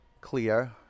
clear